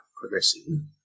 progressing